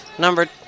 Number